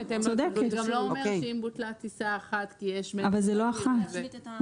זה גם לא אומר שאם בוטלה טיסה אחת --- אבל זאת לא טיסה אחת.